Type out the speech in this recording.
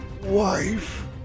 wife